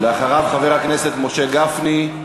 אחריו, חבר הכנסת משה גפני.